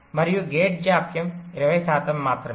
మరియు గేట్ జాప్యం 20 శాతం మాత్రమే